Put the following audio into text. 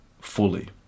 fully